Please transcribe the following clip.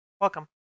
welcome